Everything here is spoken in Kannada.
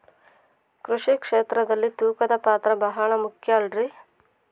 ಕೃಷಿ ಕ್ಷೇತ್ರದಲ್ಲಿ ತೂಕದ ಪಾತ್ರ ಬಹಳ ಮುಖ್ಯ ಅಲ್ರಿ?